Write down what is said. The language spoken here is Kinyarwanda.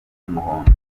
y’umuhondo